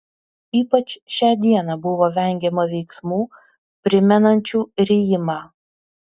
ypač šią dieną buvo vengiama veiksmų primenančių rijimą